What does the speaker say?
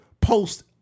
post